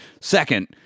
Second